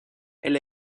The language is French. elle